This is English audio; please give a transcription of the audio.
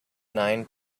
nine